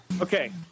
Okay